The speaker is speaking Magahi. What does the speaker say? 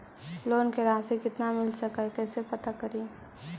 लोन के रासि कितना मिल सक है कैसे पता करी?